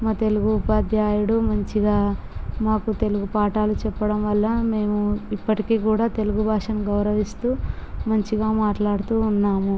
మా తెలుగు ఉపాధ్యాయుడు మంచిగా మాకు తెలుగు పాఠాలు చెప్పడం వళ్ళ మేము ఇప్పటికీ కూడా తెలుగు భాషను గౌరవిస్తూ మంచిగా మాట్లాడుతూ ఉన్నాము